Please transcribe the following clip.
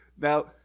Now